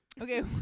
okay